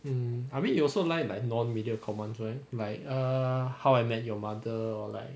um I mean you also like like non mediacorp ones right like err how I met your mother or like